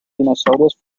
dinosaurios